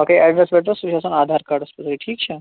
باقٕے ایٚڈرَس ویٚڈرَس سُہ چھُ آسان آدھار کاڈَس پٮ۪ٹھٕے ٹھیٖک چھا